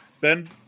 Ben